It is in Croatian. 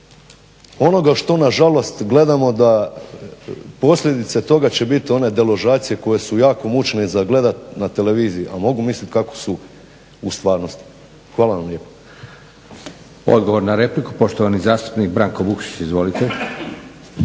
onoga što na žalost gledamo da posljedice toga će bit one deložacije koje su jako mučne i za gledat na televiziji, a mogu mislit kako su u stvarnosti. Hvala vam lijepa. **Leko, Josip (SDP)** Odgovor na repliku, poštovani zastupnik Branko Vukšić. Izvolite.